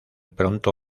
pronto